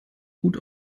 gut